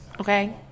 okay